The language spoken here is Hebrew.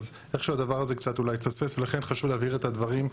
אז איכשהו הדבר הזה קצת אולי התפספס ולכן חשוב להבהיר את הדברים,